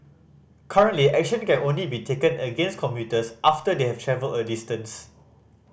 currently action can only be taken against commuters after they have travelled a distance